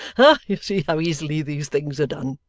ha! you see how easily these things are done